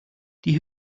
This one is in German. die